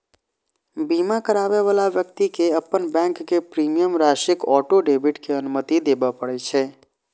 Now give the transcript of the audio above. बीमा कराबै बला व्यक्ति कें अपन बैंक कें प्रीमियम राशिक ऑटो डेबिट के अनुमति देबय पड़ै छै